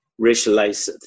racialized